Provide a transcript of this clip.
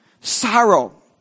Sorrow